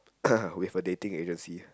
with a dating agency